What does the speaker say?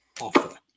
offer